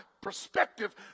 perspective